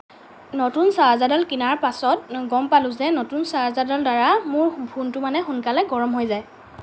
নতুন চাৰ্জাৰডাল কিনাৰ পাছত গম পালোঁ যে নতুন চাৰ্জাৰডালৰ দ্বাৰা মোৰ ফোনটো মানে সোনকালে গৰম হৈ যায়